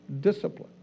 Discipline